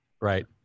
Right